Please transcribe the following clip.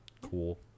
cool